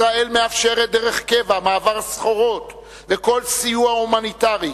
ישראל מאפשרת דרך קבע מעבר סחורות וכל סיוע הומניטרי,